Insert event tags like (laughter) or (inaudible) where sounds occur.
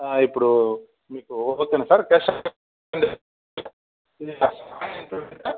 ఇప్పుడు మీకు (unintelligible)